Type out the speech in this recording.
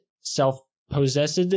self-possessed